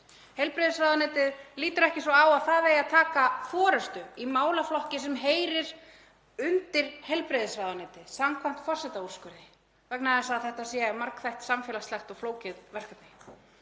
Heilbrigðisráðuneytið lítur ekki svo á að það eigi að taka forystu í málaflokki sem heyrir undir heilbrigðisráðuneytið samkvæmt forsetaúrskurði vegna þess að þetta sé margþætt, samfélagslegt og flókið verkefni.